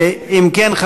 אם כן,